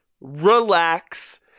relax